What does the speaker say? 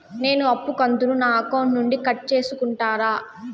నేను అప్పు కంతును నా అకౌంట్ నుండి కట్ సేసుకుంటారా?